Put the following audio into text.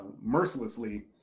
mercilessly